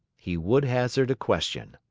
he would hazard a question.